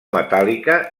metàl·lica